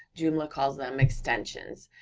joomla calls them extensions,